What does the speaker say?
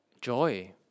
joy